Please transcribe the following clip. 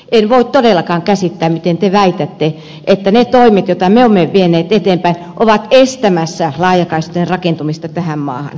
en voi todellakaan käsittää miten te väitätte että ne toimet joita me olemme vieneet eteenpäin ovat estämässä laajakaistojen rakentumista tähän maahan